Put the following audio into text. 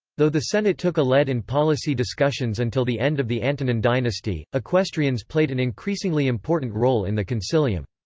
though the senate took a lead in policy discussions until the end of the antonine and and and dynasty, equestrians played an increasingly important role in the consilium.